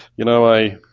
you know, i